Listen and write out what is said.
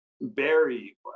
berry